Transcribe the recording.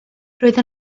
roedd